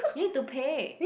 you need to pay